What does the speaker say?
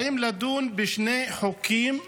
באים לדון בשני חוקים,